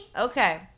Okay